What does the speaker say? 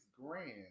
grand